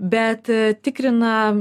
bet tikrina